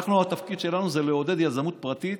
התפקיד שלנו זה לעודד יזמות פרטית,